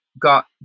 got